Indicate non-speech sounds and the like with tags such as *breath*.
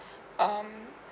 *breath* um